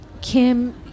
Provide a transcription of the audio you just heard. Kim